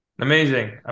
Amazing